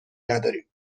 نداریم